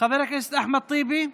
חבר הכנסת אחמד טיבי,